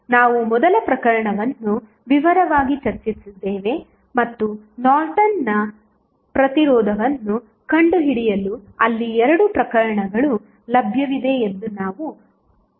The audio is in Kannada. ನಾವು ಮೊದಲ ಪ್ರಕರಣವನ್ನು ವಿವರವಾಗಿ ಚರ್ಚಿಸಿದ್ದೇವೆ ಮತ್ತು ನಾರ್ಟನ್ನ ಪ್ರತಿರೋಧವನ್ನು ಕಂಡುಹಿಡಿಯಲು ಅಲ್ಲಿ 2 ಪ್ರಕರಣಗಳು ಲಭ್ಯವಿವೆ ಎಂದು ನಾವು ಉಲ್ಲೇಖಿಸಿದ್ದೇವೆ